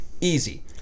easy